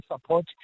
support